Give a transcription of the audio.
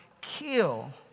kill